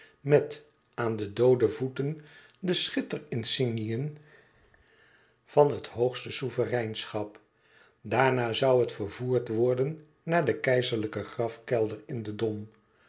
met aan de doode voeten de schitter insignieën van het hoogste souvereinschap daarna zoû het vervoerd worden naar den keizerlijken grafkelder in den dom